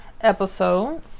episode